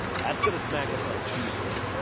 that's going to smack us on tuesday,